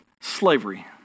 Slavery